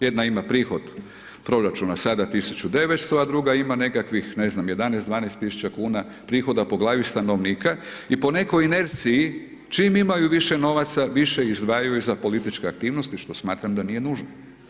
Jedna ima prihod proračuna sada 1.900, a druga ima nekakvih ne znam 11 12.000 kuna prihoda po glavi stanovnika i po nekoj inerciji čim imaju više novaca više izdvajaju i za političke aktivnosti što smatram da nije nužno.